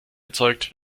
erzeugt